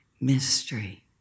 mystery